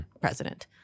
president